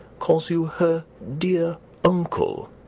calls you her dear uncle.